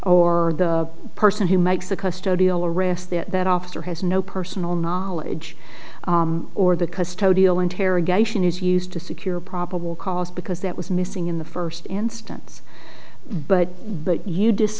or the person who makes the custodial arrest that that officer has no personal knowledge or the custodial interrogation is used to secure probable cause because that was missing in the first instance but that you